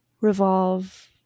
Revolve